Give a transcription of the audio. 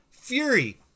Fury